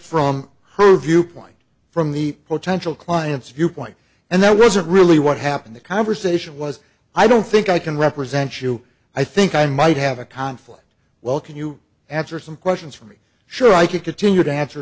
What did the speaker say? from her viewpoint from the potential clients viewpoint and that wasn't really what happened the conversation was i don't think i can represent you i think i might have a conflict well can you after some questions for sure i could continue to a